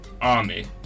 army